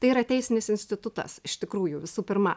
tai yra teisinis institutas iš tikrųjų visų pirma